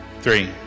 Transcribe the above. three